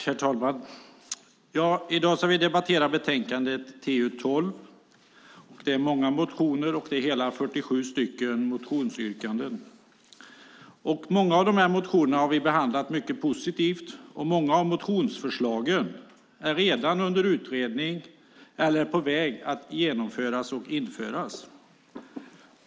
Fru talman! I dag ska vi debattera betänkandet TU12. I betänkandet behandlas många motioner med hela 47 motionsyrkanden. Många av motionerna har vi behandlat positivt, och flera av motionsförslagen är redan under utredning eller är på väg att genomföras och införas.